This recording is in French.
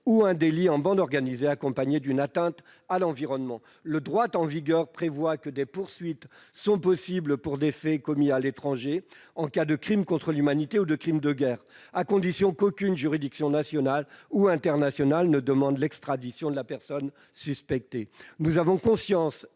ou un délit en bande organisée accompagné d'une atteinte à l'environnement. Le droit en vigueur prévoit que des poursuites sont possibles pour des faits commis à l'étranger, en cas de crime contre l'humanité ou de crimes de guerre, à condition qu'aucune juridiction nationale ou internationale ne demande l'extradition de la personne suspectée. Nous avons conscience